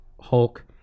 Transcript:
Hulk